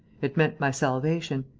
it meant my salvation.